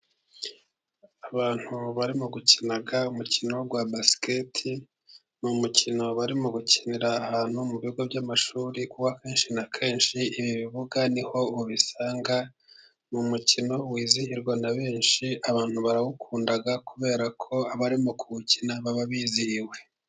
Abantu barimo gukina umukino wa basiketi, ni umukino barimo gukinira ahantu mu bigo by'amashuri, kuko akenshi na kenshi ibi bibuga ni ho ubisanga, ni umukino wizihirwa na benshi, abantu barawukunda kubera ko abarimo kuwukina baba bizihiwe.